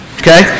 okay